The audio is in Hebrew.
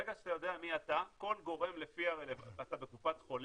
ברגע שאתה יודע מי אתה כל גורם, הגעת לקופת חולים,